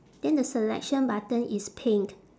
then the selection button is pink